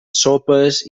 sopes